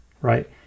right